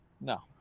No